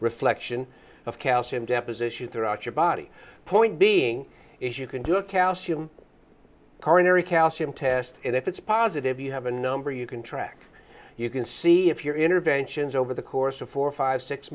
reflection of calcium deposition throughout your body point being if you can do the calcium coronary calcium test and if it's positive you have a number you can track you can see if your interventions over the course of four five six